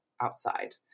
outside